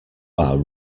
are